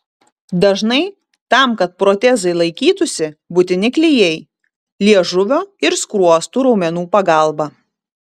dažnai tam kad protezai laikytųsi būtini klijai liežuvio ir skruostų raumenų pagalba